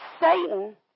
Satan